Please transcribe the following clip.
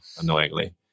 annoyingly